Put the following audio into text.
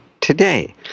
today